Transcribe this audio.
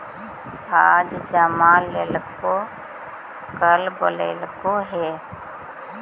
आज जमा लेलको कल बोलैलको हे?